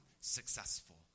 successful